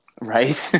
Right